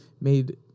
made